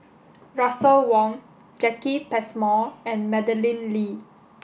Russel Wong Jacki Passmore and Madeleine Lee